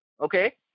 Okay